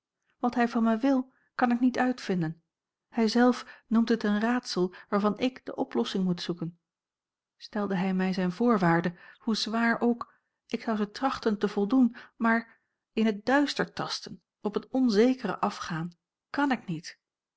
wat hij van mij wil kan ik niet uitvinden hij zelf noemt het een raadsel waarvan ik de oplossing moet zoeken stelde hij mij zijne voorwaarde hoe zwaar ook ik zou ze trachten te voldoen maar in het duister tasten op het onzekere afgaan kan ik niet